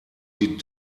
die